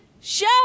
show